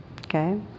okay